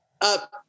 up